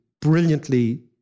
brilliantly